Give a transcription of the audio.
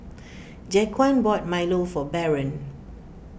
Jaquan bought Milo for Barron